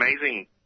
amazing –